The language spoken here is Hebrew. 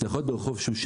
זה יכול להיות ברחוב שושן,